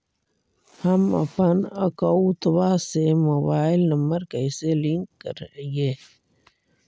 हमपन अकौउतवा से मोबाईल नंबर कैसे लिंक करैइय?